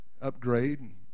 upgrade